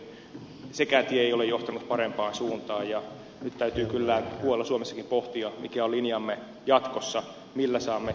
sekään tie ei ole johtanut parempaan suuntaan ja nyt täytyy kyllä huolella suomessakin pohtia mikä on linjamme jatkossa millä saamme valko venäjän toimivamman demokratian tielle